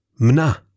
Mna